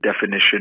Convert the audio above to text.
definition